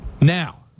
Now